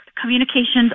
communications